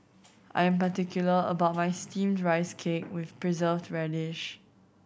I'm particular about my Steamed Rice Cake with Preserved Radish